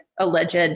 alleged